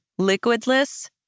liquidless